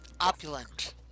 opulent